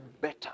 better